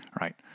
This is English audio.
right